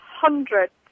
hundreds